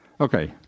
Okay